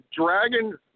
Dragon